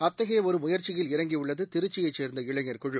அத்தகைய ஒரு முயற்சியில் இறங்கி உள்ளது திருச்சியை சேர்ந்த இளைஞர் குழு